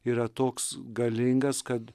yra toks galingas kad